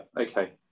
okay